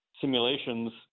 simulations